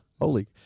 Holy